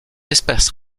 espèce